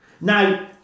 Now